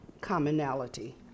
commonality